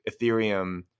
Ethereum